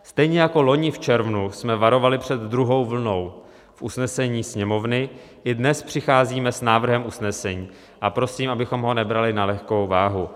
Stejně jako loni v červnu jsme varovali před druhou vlnou v usnesení Sněmovny, i dnes přicházíme s návrhem usnesení a prosím, abychom ho nebrali na lehkou váhu.